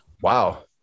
Wow